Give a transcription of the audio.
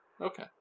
Okay